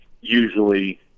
Usually